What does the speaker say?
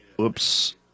Oops